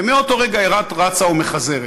ומאותו רגע היא רק רצה ומחזרת.